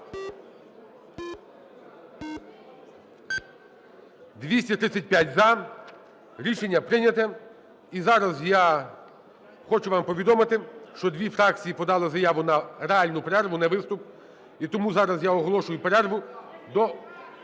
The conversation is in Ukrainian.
За-235 Рішення прийнято. І зараз я хочу вам повідомити, що дві фракції подали заяву на реальну перерву, не виступ, і тому зараз я оголошую перерву до…